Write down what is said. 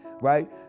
Right